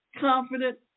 confident